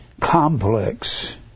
complex